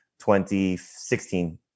2016